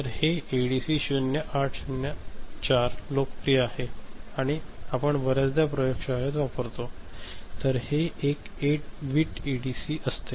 तर हे एडीसी 0804 लोकप्रिय आहे आपण बर्याचदा प्रयोगशाळेत वापरतो तर हे 8 बिट एडीसी असते